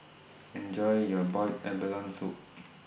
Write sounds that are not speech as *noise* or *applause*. Enjoy your boiled abalone Soup *noise*